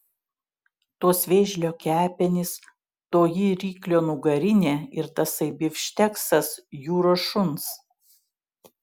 tos vėžlio kepenys toji ryklio nugarinė ir tasai bifšteksas jūros šuns